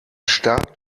stark